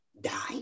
die